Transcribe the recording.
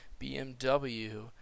BMW